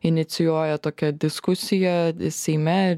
inicijuoja tokią diskusiją seime